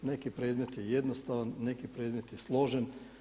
Neki predmet je jednostavan, neki predmet je složen.